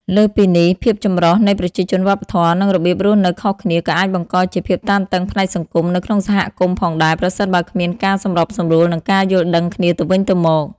លើសពីនេះ ភាពចម្រុះនៃប្រជាជន វប្បធម៌ និងរបៀបរស់នៅខុសគ្នា ក៏អាចបង្កជា ភាពតានតឹងផ្នែកសង្គម នៅក្នុងសហគមន៍ផងដែរ ប្រសិនបើគ្មានការសម្របសម្រួល និងការយល់ដឹងគ្នាទៅវិញទៅមក។